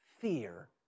fear